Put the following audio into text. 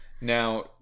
Now